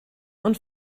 und